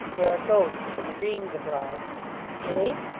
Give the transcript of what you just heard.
there are ghosts and dreams abroad ay?